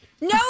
no